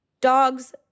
dogs